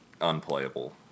unplayable